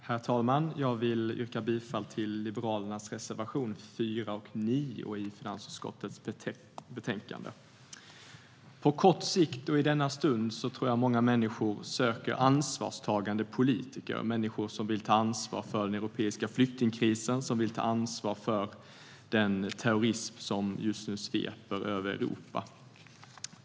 Herr talman! Jag yrkar bifall till våra reservationer 4 och 9 i finansutskottets betänkande. På kort sikt och i denna stund tror jag att många människor söker ansvarstagande politiker - människor som vill ta ansvar för den europeiska flyktingkrisen och den terrorism som just nu sveper över Europa.